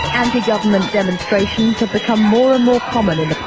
anti-government demonstrations have become more and more common